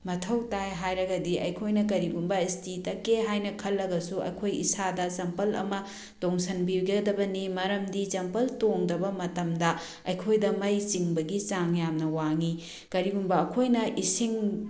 ꯃꯊꯧ ꯇꯥꯏ ꯍꯥꯏꯔꯒꯗꯤ ꯑꯩꯈꯣꯏꯅ ꯀꯔꯤꯒꯨꯝꯕ ꯏꯁꯇꯤ ꯇꯛꯀꯦ ꯍꯥꯏꯅ ꯈꯜꯂꯒꯁꯨ ꯑꯩꯈꯣꯏ ꯏꯁꯥꯗ ꯆꯝꯄꯜ ꯑꯃ ꯇꯣꯡꯁꯤꯟꯕꯤꯒꯗꯕꯅꯤ ꯃꯔꯝꯗꯤ ꯆꯝꯄꯜ ꯇꯣꯡꯗꯕ ꯃꯇꯝꯗ ꯑꯩꯈꯣꯏꯗ ꯃꯩ ꯆꯤꯡꯕꯒꯤ ꯆꯥꯡ ꯌꯥꯝꯅ ꯋꯥꯡꯉꯤ ꯀꯔꯤꯒꯨꯝꯕ ꯑꯩꯈꯣꯏꯅ ꯏꯁꯤꯡ